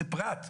זה פרט,